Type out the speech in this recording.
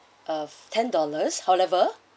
of ten dollars however